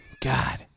God